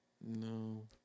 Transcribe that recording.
no